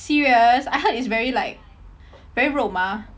serious I heard it's very like very 肉麻